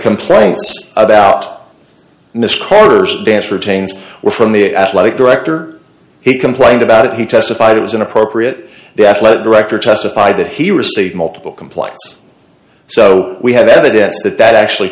complaints about miss carter's dance retains were from the athletic director he complained about it he testified it was inappropriate the athletic director testified that he received multiple complaints so we have evidence that that actually